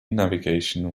navigation